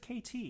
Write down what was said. KT